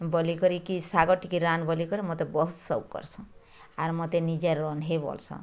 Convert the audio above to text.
ବୋଲିକରି କି ଶାଗ ଟିକେ ରାନ୍ଧ୍ ବୋଲିକରି ମୋତେ ବହୁତ୍ ସବୁ କହସନ୍ ଆର୍ ମତେ ନିଜେ ରନ୍ଧେଇ ବୋଲ୍ସନ୍